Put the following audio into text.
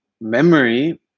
memory